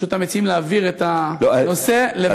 פשוט הם מציעים, להעביר את הנושא, לא.